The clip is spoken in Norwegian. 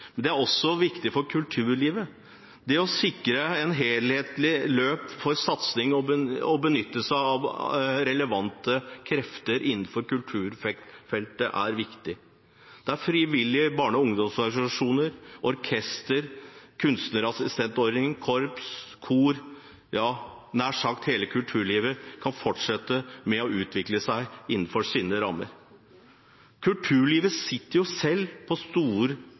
men det er også viktig for kulturlivet. Det å sikre et helhetlig løp for satsing og benytte seg av relevante krefter innenfor kulturfeltet er viktig, der frivillige barne- og ungdomsorganisasjoner, orkestre, kunstnerassistentordningen, korps, kor – ja, nær sagt hele kulturlivet – kan fortsette med å utvikle seg innenfor sine rammer. Kulturlivet sitter jo selv på